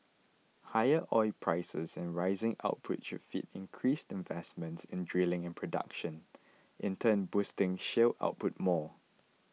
higher oil prices and rising output should feed increased investment in drilling and production in turn boosting shale output more